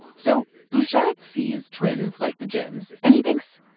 so bouchard sees twins like the jims, and he thinks,